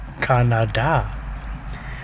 Canada